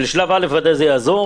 לשלב א' זה ודאי יעזור.